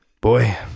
Boy